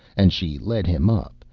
and she led him up,